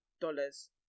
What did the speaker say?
dollars